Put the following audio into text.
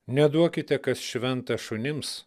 neduokite kas šventa šunims